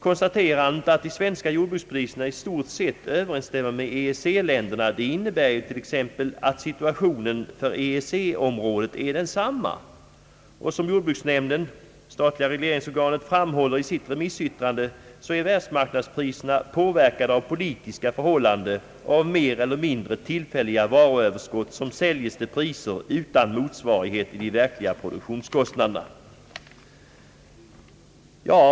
Konstaterandet att de svenska jordbrukspriserna i stort sett överensstämmer med EEC-ländernas innebär t.ex. att situationen för EEC-området är densamma. Som jordbruksnämnden, det statliga regleringsorganet, framhåller i sitt remissyttrande, är världsmarknadspriserna påverkade av politiska förhållanden och av mer eller mindre tillfälliga varuöverskott som säljs till priser utan motsvarighet i de verkliga produktionskostnaderna.